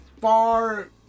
far